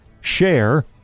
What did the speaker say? share